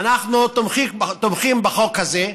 אנחנו תומכים בחוק הזה.